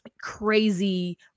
crazy